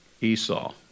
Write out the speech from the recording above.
esau